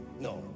No